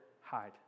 hide